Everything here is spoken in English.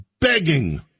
begging